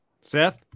Seth